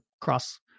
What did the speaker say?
cross